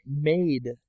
made